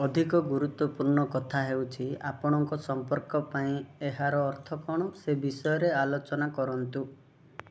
ଅଧିକ ଗୁରୁତ୍ୱପୂର୍ଣ୍ଣ କଥା ହେଉଛି ଆପଣଙ୍କ ସମ୍ପର୍କ ପାଇଁ ଏହାର ଅର୍ଥ କ'ଣ ସେ ବିଷୟରେ ଆଲୋଚନା କରନ୍ତୁ